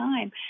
time